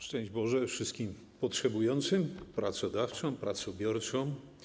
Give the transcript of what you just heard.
Szczęść Boże wszystkim potrzebującym, pracodawcom, pracobiorcom!